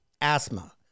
asthma